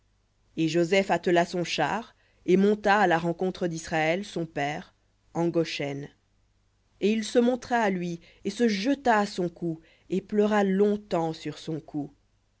et joseph attela son char et monta à la rencontre d'israël son père en goshen et il se montra à lui et se jeta à son cou et pleura longtemps sur son cou